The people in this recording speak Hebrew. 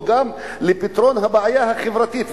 גם לפתרון הבעיה החברתית,